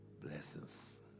blessings